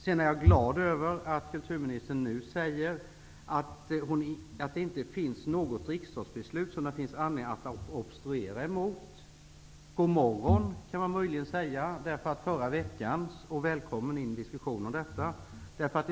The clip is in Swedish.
Jag är glad över att kulturministern nu säger att det inte finns något riksdagsbeslut som det finns anledning att obstruera emot. God morgon och välkommen i diskussionen om detta, kan man möjligen säga.